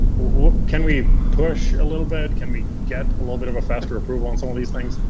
can we push a little bit? can we get a little bit of a faster approval on some of these things?